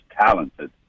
talented